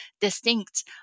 distinct